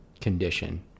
condition